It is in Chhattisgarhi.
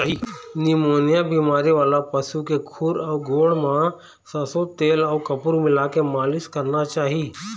निमोनिया बेमारी वाला पशु के खूर अउ गोड़ म सरसो तेल अउ कपूर मिलाके मालिस करना चाही